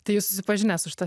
tai jūs susipažinęs su šita